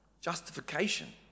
Justification